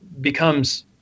becomes